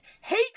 hate